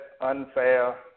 unfair